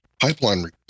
pipeline